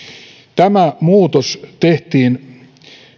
tämä muutos tehtiin